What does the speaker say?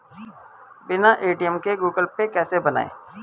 बिना ए.टी.एम के Google Pay कैसे बनायें?